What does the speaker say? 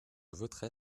voterai